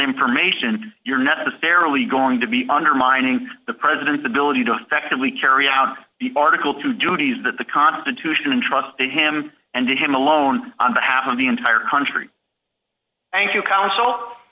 information you're necessarily going to be undermining the president's ability to effectively carry out the article two duties that the constitution and trust to him and to him alone on behalf of the entire country thank you counsel